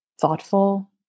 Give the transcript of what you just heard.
thoughtful